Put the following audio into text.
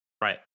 right